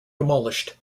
demolished